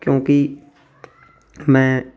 ਕਿਉਂਕਿ ਮੈਂ